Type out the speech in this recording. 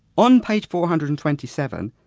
on page four hundred and twenty seven,